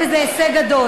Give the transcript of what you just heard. זה הישג, וזה הישג גדול.